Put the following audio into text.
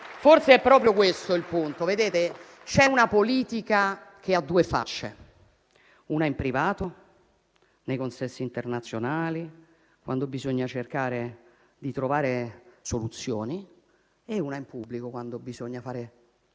forse è proprio questo il punto. C'è una politica che ha due facce: una in privato, nei consessi internazionali, quando bisogna cercare di trovare soluzioni, e una in pubblico, quando bisogna fare propaganda